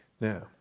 Now